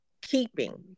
keeping